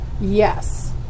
Yes